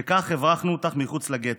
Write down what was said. וכך הברחנו אותך מחוץ לגטו.